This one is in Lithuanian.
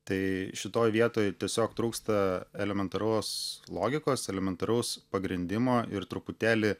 tai šitoj vietoj tiesiog trūksta elementarios logikos elementaraus pagrindimo ir truputėlį